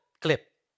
clip